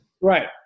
Right